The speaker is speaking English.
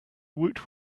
woot